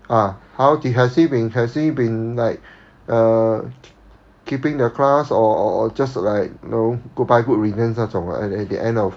ah how he has he been has he been like err keeping the class or or or just like know goodbye good riddance 那种 at at the end of